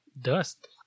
Dust